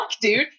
dude